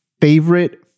favorite